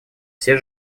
все